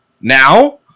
Now